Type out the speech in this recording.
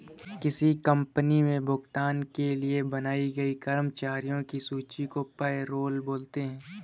किसी कंपनी मे भुगतान के लिए बनाई गई कर्मचारियों की सूची को पैरोल बोलते हैं